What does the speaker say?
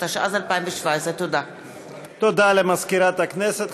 התשע"ז 2017. תודה למזכירת הכנסת.